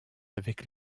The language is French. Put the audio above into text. avec